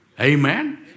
Amen